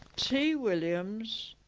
t williams,